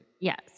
yes